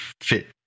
fit